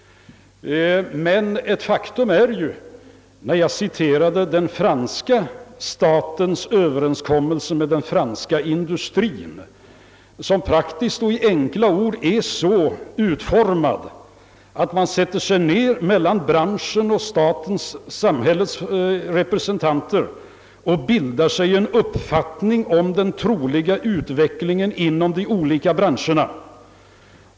Men ett faktum är ju att den överenskommelse mellan franska staten och den franska industrien, som jag omnämnde, tillkommit efter det att näringslivets och samhällets representanter tillsammans bildat sig en uppfattning om den troliga utvecklingen inom de olika branscherna.